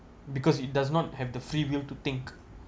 because it does not have the feeling to think